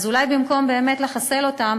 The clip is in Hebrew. אז אולי באמת במקום לחסל אותם,